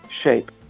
shape